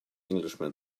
englishman